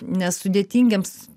nes sudėtingiems